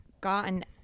gotten